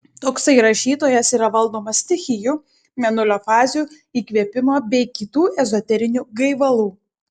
toksai rašytojas yra valdomas stichijų mėnulio fazių įkvėpimo bei kitų ezoterinių gaivalų